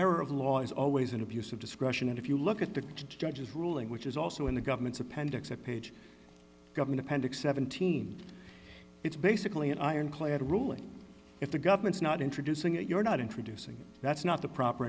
of law is always an abuse of discretion and if you look at the judge's ruling which is also in the government's appendix of page government appendix seventeen it's basically an ironclad ruling if the government's not introducing it you're not introducing that's not the proper